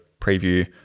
preview